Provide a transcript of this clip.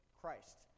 Christ